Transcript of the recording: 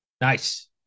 nice